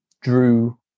drew